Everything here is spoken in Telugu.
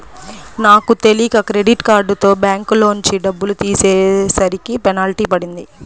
నాకు తెలియక క్రెడిట్ కార్డుతో బ్యాంకులోంచి డబ్బులు తీసేసరికి పెనాల్టీ పడింది